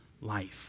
life